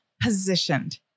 positioned